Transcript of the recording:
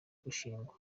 gushingwa